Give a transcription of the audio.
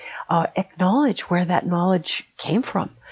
ah acknowledge where that knowledge came from,